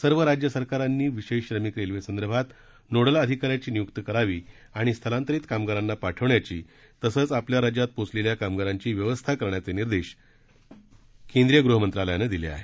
सर्व राज्य सरकारांनी विशेष श्रमिक रेल्वेसंदर्भात नोडल अधिकाऱ्याची नियुक्ती करावी आणि स्थलांतरित कामगारांना पाठवण्याची तसंच आपल्या राज्यात पोहोचलेल्या कामगारांची व्यवस्था करण्याचे निर्देश केंद्रीय गृह मंत्रालयानं दिले आहेत